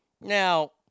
Now